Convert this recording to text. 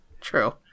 True